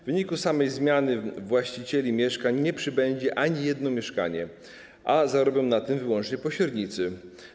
W wyniku samej zmiany właścicieli mieszkań nie przybędzie ani jedno mieszkanie, a zarobią na tym wyłącznie pośrednicy.